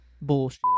bullshit